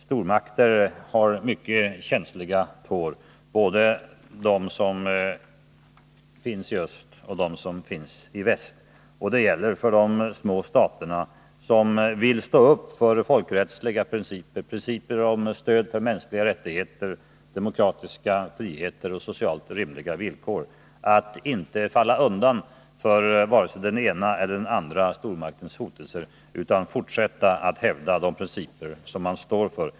Stormakter — både de i öst och de i väst — har mycket känsliga tår. Det gäller för de små stater som vill stå upp för reaktion mot utvecklingen i El folkrättsliga principer, principer om stöd för mänskliga rättigheter, demokratiska friheter och förbättrade sociala rimliga villkor, att inte falla undan för vare sig den ena eller andra stormaktens hotelser utan fortsätta att hävda de principer de står för.